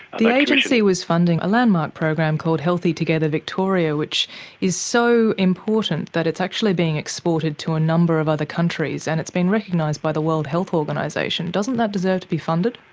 the agency was funding a landmark program called healthy together victoria, which is so important that it's actually being exported to a number of other countries. and it's been recognised by the world health organisation. doesn't that deserve to be funded?